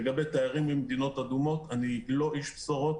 לגבי תיירים ממדינות אדומות אני לא איש בשורות.